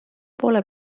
poole